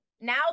now